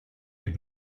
had